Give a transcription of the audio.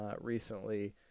recently